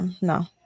no